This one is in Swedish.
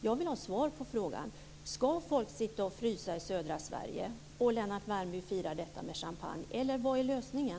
Jag vill ha svar på frågan. Ska folk sitta och frysa i södra Sverige och ska Lennart Värmby fira detta med champagne, eller vad är lösningen?